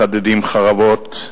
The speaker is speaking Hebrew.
מחדדים חרבות,